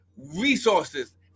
resources